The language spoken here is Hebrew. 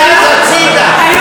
זז הצידה,